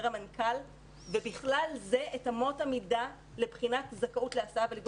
המנכ"ל ובכלל זה את אמות המידה לבחינת זכאות להסעה וליווי.